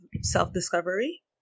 self-discovery